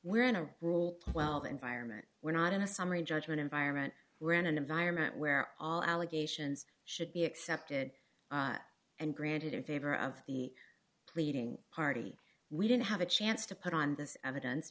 we're in a rule twelve environment we're not in a summary judgment environment we're in an environment where all allegations should be accepted and granted in favor of the leading party we don't have a chance to put on this evidence